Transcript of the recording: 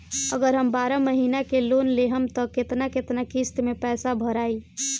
अगर हम बारह महिना के लोन लेहेम त केतना केतना किस्त मे पैसा भराई?